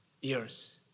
years